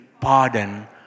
pardon